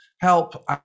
Help